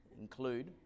include